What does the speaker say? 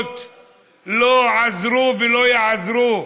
התוכניות לא עזרו ולא יעזרו.